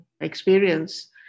experience